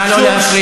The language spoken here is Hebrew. נא לא להפריע.